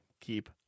keep